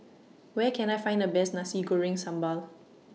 Where Can I Find The Best Nasi Goreng Sambal